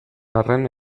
arren